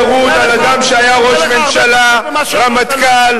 השיח הירוד על אדם שהיה ראש ממשלה, רמטכ"ל.